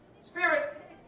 Spirit